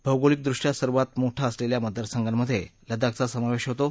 भौगोलिक दृष्ट्या सर्वात मोठा असलेल्या मतदारसंघांमधे लडाखचा समावेश होतो